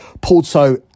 Porto